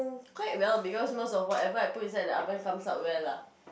quite well because most of whatever I put inside the oven comes out well lah